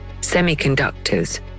semiconductors